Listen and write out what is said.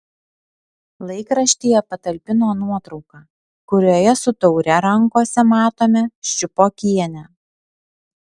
laikraštyje patalpino nuotrauką kurioje su taure rankose matome ščiupokienę